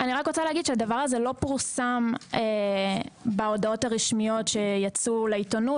הדבר הזה לא פורסם בהודעות הרשמיות שיצאו לעיתונות